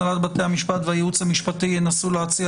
הנהלת בתי המשפט והייעוץ המשפטי ינסו להציע